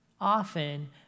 often